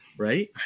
right